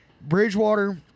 Bridgewater –